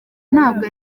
ntago